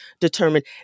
determined